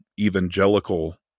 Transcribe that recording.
evangelical